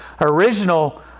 original